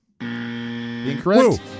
Incorrect